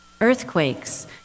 Earthquakes